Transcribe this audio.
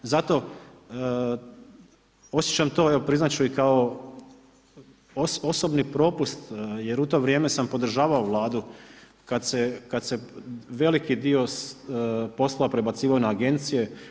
Zato osjećam to, evo priznati ću i kao osobni propust jer u to vrijeme sam podržavao Vladu kada se veliki dio poslova prebacivao na agencije.